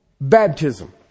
baptism